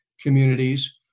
communities